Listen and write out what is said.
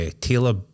Taylor